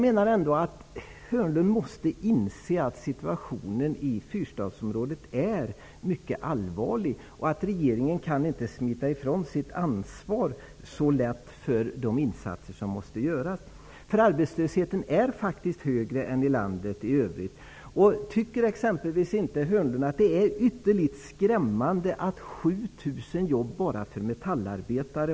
Börje Hörnlund måste inse att situationen i Fyrstadsområdet är mycket allvarlig och att regeringen inte kan smita ifrån sitt ansvar så lätt för de insatser som måste göras. Arbetslösheten är faktiskt högre än i landet i övrigt. Tycker exempelvis inte Börje Hörnlund att det är ytterligt skrämmande att 7 000 jobb har försvunnit bara för metallarbetare?